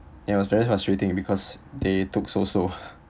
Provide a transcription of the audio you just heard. it was very frustrating because they took so slow